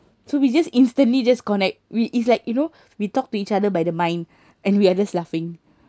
so we just instantly just connect we it's like you know we talk to each other by the mind and we are just laughing